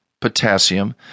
potassium